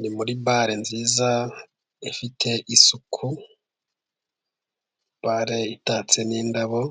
Ni muri bale nziza ifite isuku barayitatse n'indabo.